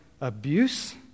abuse